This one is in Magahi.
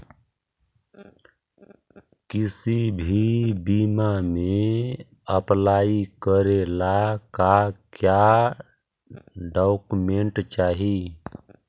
किसी भी बीमा में अप्लाई करे ला का क्या डॉक्यूमेंट चाही?